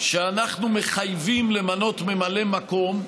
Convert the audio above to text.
שאנחנו מחייבים למנות ממלא מקום,